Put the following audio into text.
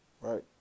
right